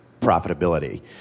profitability